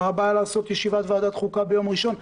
מה בעיה לעשות ישיבת ועדת החוקה ביום ראשון?